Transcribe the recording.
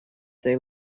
they